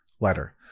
letter